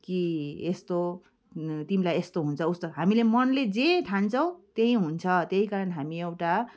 कि यस्तो तिमीलाई यस्तो हुन्छ उस्तो हामीले मनले जे ठान्छौँ त्यही हुन्छ त्यही कारण हामी एउटा